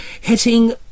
hitting